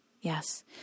yes